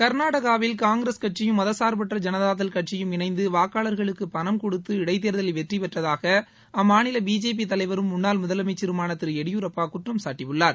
கா்நாடகாவில் காங்கிரஸ் கட்சியும் மதசா்பற்ற ஜனதாதள் கட்சியும் இணைந்து வாக்காளர்களுக்கு பணம் கொடுத்து இடைத்தோதலில் வெற்றிபெற்றதாக அம்மாநில பிஜேபி தலைவரும் முன்னாள் முதலமைச்சருமான திரு எடியூரப்பா குற்றம்சாட்டியுள்ளார்